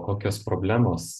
kokios problemos